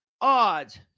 odds